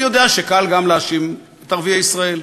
אני יודע שקל גם להאשים את ערביי ישראל,